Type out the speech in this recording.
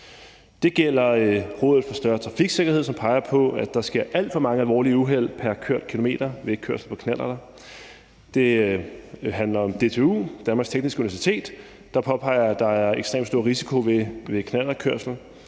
Det gælder Rådet for Sikker Trafik, som peger på, at der sker alt for mange alvorlige uheld pr. kørt kilometer ved kørsel på knallerter. Det handler om DTU, Danmarks Tekniske Universitet, der påpeger, at der er ekstremt stor risiko ved knallertkørsel,